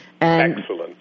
Excellent